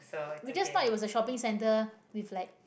we just not it was the shopping centre with like